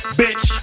bitch